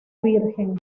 virgen